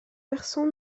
versant